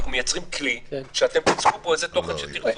אנחנו מייצרים כלי שאתם תיצקו בו איזה תוכן שתרצו,